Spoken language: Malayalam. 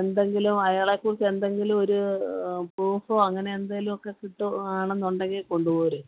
എന്തെങ്കിലും അയാളെ കുറിച്ച് എന്തെങ്കിലും ഒരു പ്രൂഫോ അങ്ങനെ എന്തേലും ഒക്കെ കിട്ടുക ആണെന്നുണ്ടെങ്കിൽ കൊണ്ടുപോര്